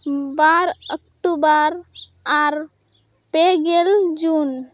ᱵᱟᱨ October ᱟᱨ ᱯᱮ ᱜᱮᱞ ᱡᱩᱱ